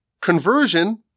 conversion